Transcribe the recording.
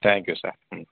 thank you sir ம்